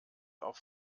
auch